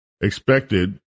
expected